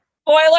Spoiler